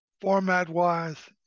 format-wise